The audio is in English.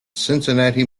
cincinnati